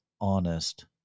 honest